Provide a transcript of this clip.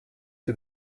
sie